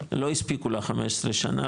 לא הספיקו לה 15 שנה,